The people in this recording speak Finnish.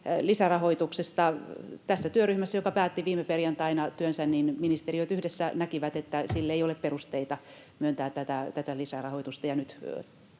lisärahoituksesta. Tässä työryhmässä, joka päätti viime perjantaina työnsä, ministeriöt yhdessä näkivät, että sille ei ole perusteita myöntää tätä lisärahoitusta,